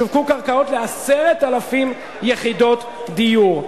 שווקו קרקעות ל-10,000 יחידות דיור.